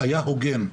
היה הוגן.